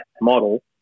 model